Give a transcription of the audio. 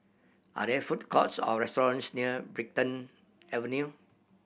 are there food courts or restaurants near Brighton Avenue